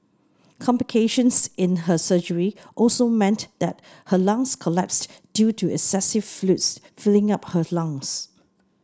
complications in her surgery also meant that her lungs collapsed due to excessive fluids filling up her lungs